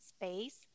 space